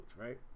right